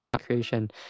creation